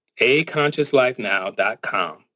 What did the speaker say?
aconsciouslifenow.com